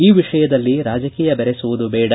ಈ ವಿಷಯದಲ್ಲಿ ರಾಜಕೀಯ ಬೆರೆಸುವುದು ಬೇಡ